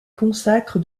consacre